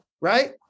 right